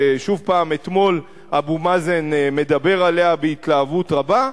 ששוב אתמול אבו מאזן מדבר עליה בהתלהבות רבה,